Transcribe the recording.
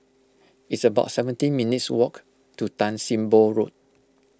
it's about seventeen minutes' walk to Tan Sim Boh Road